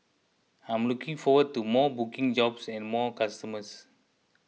I'm looking forward to more booking jobs and more customers